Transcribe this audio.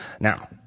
now